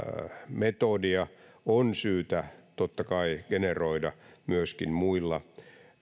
metodia on syytä totta kai generoida myöskin muilla